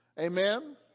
Amen